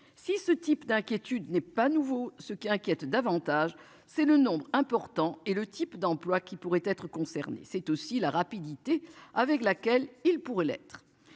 Si ce type d'inquiétude n'est pas nouveau, ce qui inquiète davantage, c'est le nombre important et le type d'emplois qui pourraient être concernées. C'est aussi la rapidité avec laquelle il pourrait l'être.